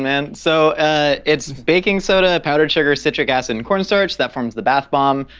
man. so it's baking soda, powdered sugar, citric acid and corn starch, that forms the bath bomb.